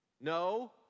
no